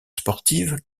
sportives